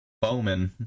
Bowman